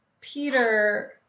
Peter